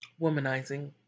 Womanizing